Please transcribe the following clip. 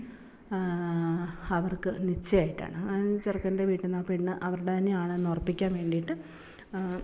അവർക്ക് നിശ്ചയമായിട്ടാണ് ചെറുക്കൻ്റെ വീട്ടിൽ നിന്ന് പെണ്ണ് അവരുടെ തന്നെ ആണെന്ന് ഉറപ്പിക്കാൻ വേണ്ടിയിട്ട്